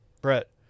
Brett